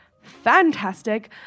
fantastic